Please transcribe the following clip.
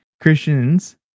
Christians